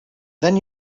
then